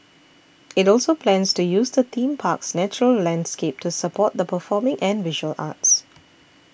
it also plans to use the theme park's natural landscape to support the performing and visual arts